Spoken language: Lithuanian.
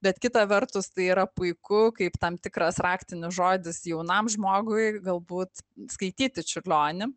bet kita vertus tai yra puiku kaip tam tikras raktinis žodis jaunam žmogui galbūt skaityti čiurlionį